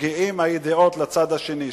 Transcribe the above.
מגיעות הידיעות לצד השני,